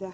barn.